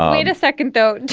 oh, wait a second. though,